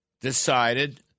decided